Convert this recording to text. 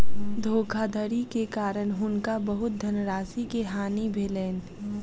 धोखाधड़ी के कारण हुनका बहुत धनराशि के हानि भेलैन